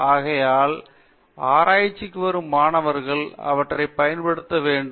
ஆகையால் ஆராய்ச்சிக்கு வரும் மாணவர்கள் அவற்றைப் பயன்படுத்த வேண்டும்